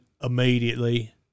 immediately